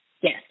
Yes